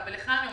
ולך אני אומרת,